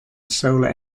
solar